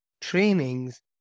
trainings